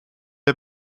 der